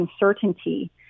uncertainty